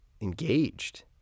engaged